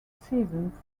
seasons